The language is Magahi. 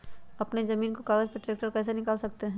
अपने जमीन के कागज पर ट्रैक्टर कैसे निकाल सकते है?